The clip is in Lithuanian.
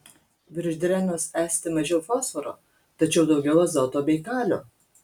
virš drenos esti mažiau fosforo tačiau daugiau azoto bei kalio